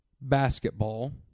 basketball